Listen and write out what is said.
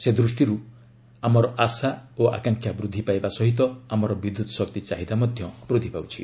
ସେ ଦୃଷ୍ଟିରୁ ଆମର ଆଶା ଆକାଂକ୍ଷା ବୃଦ୍ଧି ପାଇବା ସହ ଆମର ବିଦ୍ୟୁତ୍ ଶକ୍ତି ଚାହିଦା ମଧ୍ୟ ବୃଦ୍ଧି ପାଉଛି